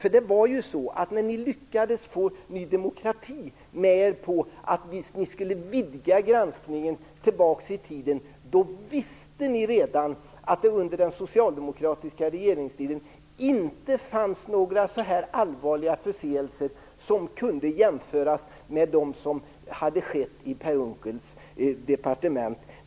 Redan när ni lyckades få Ny demokrati med er på en vidgning av granskningen tillbaka i tiden visste ni ju att det under den socialdemokratiska regeringstiden inte fanns några så här allvarliga förseelser som kunde jämföras med dem som hade skett i Per Unckels departement.